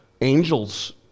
angels